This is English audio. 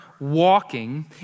walking